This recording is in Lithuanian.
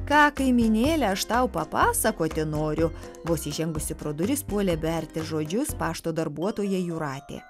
ką kaimynėle aš tau papasakoti noriu vos įžengusi pro duris puolė berti žodžius pašto darbuotoja jūratė